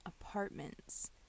apartments